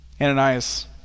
Ananias